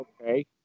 Okay